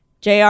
jr